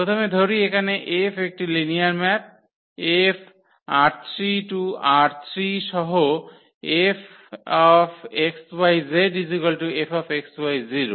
প্রথমে ধরি এখানে F একটি লিনিয়ার ম্যাপ 𝐹 ℝ3 → ℝ3 সহ 𝐹 xyz Fxy0